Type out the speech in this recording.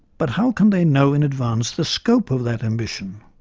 but how can they know in advance the scope of that ambition?